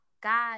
God